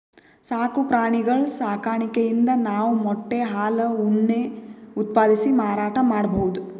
ಸಾಕು ಪ್ರಾಣಿಗಳ್ ಸಾಕಾಣಿಕೆಯಿಂದ್ ನಾವ್ ಮೊಟ್ಟೆ ಹಾಲ್ ಉಣ್ಣೆ ಉತ್ಪಾದಿಸಿ ಮಾರಾಟ್ ಮಾಡ್ಬಹುದ್